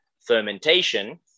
fermentation